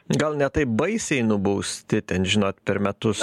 gal ne taip baisiai nubausti ten žinot per metus